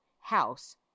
House